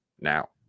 now